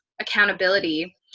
accountability